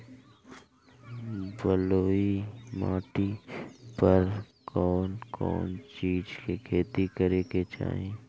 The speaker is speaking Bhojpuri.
बलुई माटी पर कउन कउन चिज के खेती करे के चाही?